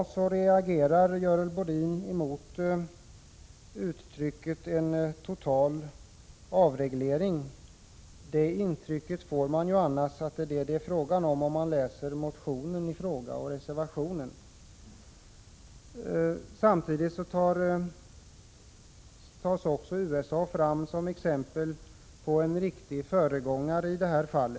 I dag reagerar Görel Bohlin mot uttrycket ”total avreglering”, men när man läser motionen och reservationen får man intrycket att det handlar om just det. Samtidigt tas USA som exempel på en riktig föregångare i detta fall.